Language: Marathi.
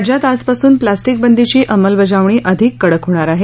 राज्यात आजपासून प्लास्टिक बंदीची अंमलबजावणी अधिक कडक होणार आहे